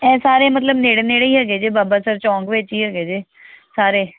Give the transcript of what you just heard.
ਇਹ ਸਾਰੇ ਮਤਲਬ ਨੇੜੇ ਨੇੜੇ ਹੀ ਹੈਗੇ ਜੇ ਬਾਬਾ ਸਰ ਚੌਕ ਵਿੱਚ ਹੀ ਹੈਗੇ ਜੇ ਸਾਰੇ